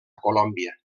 colòmbia